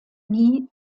nie